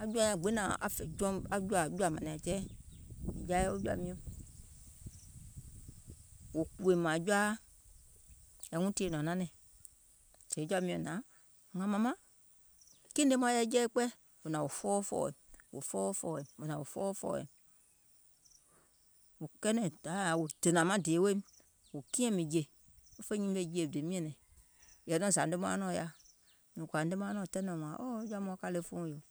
aŋ jɔ̀ȧ nyaŋ gbiŋ nȧŋ fè aŋ jɔ̀ȧ mȧnȧȧŋ tɛɛ, mìŋ jaa yɛi wo jɔ̀ȧ miɔ̀ŋ, wò kùwòim mȧȧŋ jɔaa, yàwuuŋ tìyèe nɔ̀ŋ nanɛ̀ŋ sèè jɔ̀ȧ miɔ̀ŋ hnȧaŋ, mȧmaŋ, kiìŋ ne maŋ yɛi jɛi kpɛ, wo fɔɔwɔ fɔ̀ɔ̀wɔ̀ìm, wò hnȧŋ wò fɔɔwɔ fɔ̀ɔ̀wɔ̀ìm, wo fè nyimèè e jìè doim nyɛ̀nɛ̀ŋ, wò kiɛ̀m mìŋ jè, yɛi nɔŋ zà nemaauŋ nɔɔ̀ŋ yaȧ, mìŋ kɔ̀ȧ namaauŋ nɔɔ̀ŋ tɛnɛ̀uŋ wȧȧŋ oo